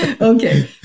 Okay